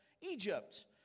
Egypt